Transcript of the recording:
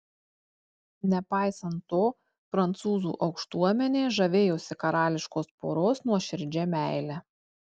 nepaisant to prancūzų aukštuomenė žavėjosi karališkos poros nuoširdžia meile